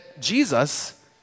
Jesus